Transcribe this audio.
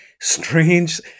strange